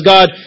God